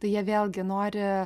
tai jie vėlgi nori